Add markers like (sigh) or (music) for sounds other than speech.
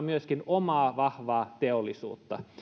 (unintelligible) myöskin omaa vahvaa teollisuutta